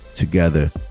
Together